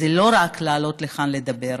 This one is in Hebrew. זה לא רק לעלות לכאן לדבר